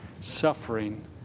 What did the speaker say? suffering